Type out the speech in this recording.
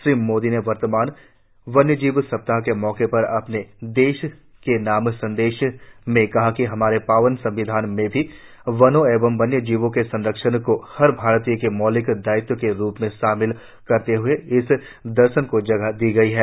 श्री मोदी ने वर्तमान वन्यजीव सप्ताह के मौके पर देश के नाम अपने संदेश में कहा कि हमारे पावन संविधान में भी वनों एवं वन्यजीवों के संरक्षण को हर भारतीय के मौलिक दायित्वों के रूप में शामिल करते हुए इस दर्शन को जगह दी गयी है